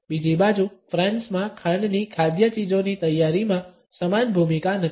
બીજી બાજુ ફ્રાન્સમાં ખાંડની ખાદ્ય ચીજોની તૈયારીમાં સમાન ભૂમિકા નથી